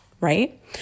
right